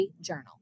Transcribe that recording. journal